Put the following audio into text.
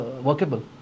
workable